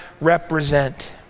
represent